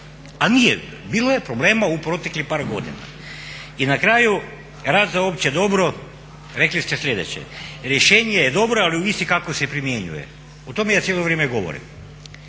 Ali nije, bilo je problema u proteklih par godina. I na kraju, rad za opće dobro, rekli ste sljedeće. Rješenje je dobro ali ovisi kako se primjenjuje. O tome ja cijelo vrijeme govorim.